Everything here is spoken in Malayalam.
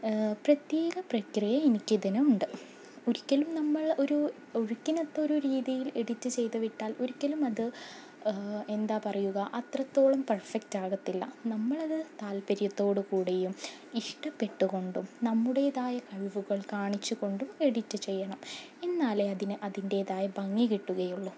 പ്രത്യേക പ്രക്രിയ എനിക്ക് അതിനുണ്ട് ഒരിക്കലും നമ്മൾ ഒരു ഒഴക്കിനത്തൊ ഒരു രീതിയിൽ എഡിറ്റ് ചെയ്തു വിട്ടാൽ ഒരിക്കലും അത് എന്താണ് പറയുക അത്രത്തോളം പെർഫെക്റ്റ ആകത്തില്ല നമ്മൾ അത് താല്പര്യത്തോട് കൂടിയും ഇഷ്ടപ്പെട്ടുകൊണ്ടും നമ്മുടേതായ കഴിവുകൾ കാണിച്ചുകൊണ്ടും എഡിറ്റ് ചെയ്യണം എന്നാലേ അതിന് അതിൻറ്റേതായ ഭംഗി കിട്ടുകയുള്ളു